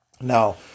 Now